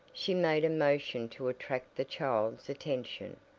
she made a motion to attract the child's attention.